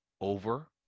over